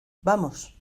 vamos